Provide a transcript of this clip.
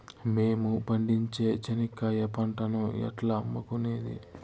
మేము పండించే చెనక్కాయ పంటను ఎట్లా అమ్ముకునేది?